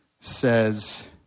says